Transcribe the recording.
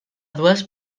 dues